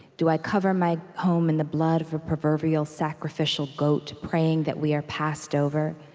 do i cover my home in the blood of a proverbial sacrificial goat, praying that we are passed over,